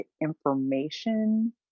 information